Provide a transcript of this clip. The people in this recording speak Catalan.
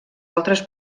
altres